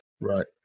Right